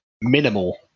minimal